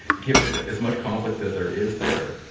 given as much conflict as there is there,